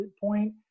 point